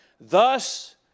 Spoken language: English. Thus